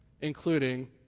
including